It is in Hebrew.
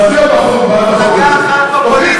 זאת פעם אחרונה,